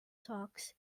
talks